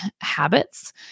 habits